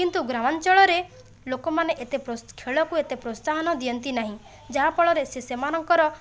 କିନ୍ତୁ ଗ୍ରାମାଞ୍ଚଳରେ ଲୋକମାନେ ଏତେ ଖେଳକୁ ଏତେ ପ୍ରୋତ୍ସାହନ ଦିଅନ୍ତି ନାହିଁ ଯାହା ଫଳରେ ସେ ସେମାନଙ୍କର